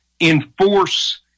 enforce